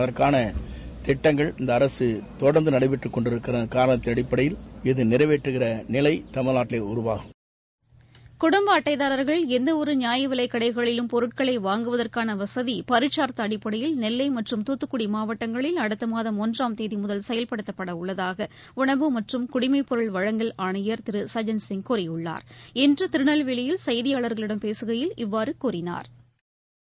அதற்னன கிட்டங்கள் இந்த அரக தொடர்ந்து நடைபெற்று கொண்டிருக்கிறது கூலத்தின் அடிப்படயில் இதை நிறைவேற்றகின்ற நிலை தமிழ்நாட்டில் உருவாகும் குடும்ப அட்டைதாரர்கள் எந்தவொரு நியாயவிலைக்கடைகளிலும் பொருட்களை வாங்குவதற்கான வசதி பரிட்சார்த்த அடிப்படையில் நெல்லை மற்றும் துத்துக்குடி மாவட்டங்களில் அடுத்த மாதம் ஒன்றாம் தேதி முதல் செயல்படுத்தப்படவுள்ளதாக உணவு மற்றும் குடிமைப்பொருள் வழங்கல் ஆணையர் திரு இன்று திருநெல்வேலியில் செய்தியாளர்களிடம் பேசுகையில் இவ்வாறு சஜன்சிங் கூறியுள்ளார்